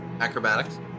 acrobatics